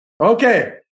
Okay